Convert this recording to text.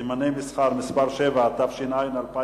סימני מסחר (מס' 7), התש"ע-2010,